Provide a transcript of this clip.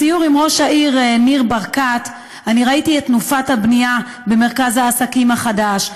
בסיור עם ראש העיר ניר ברקת ראיתי את תנופת הבנייה במרכז העסקים החדש,